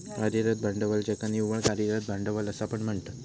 कार्यरत भांडवल ज्याका निव्वळ कार्यरत भांडवल असा पण म्हणतत